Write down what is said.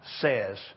says